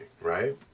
right